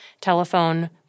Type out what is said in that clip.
Telephone